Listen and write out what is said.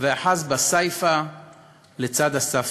סייפא לצד ספרא.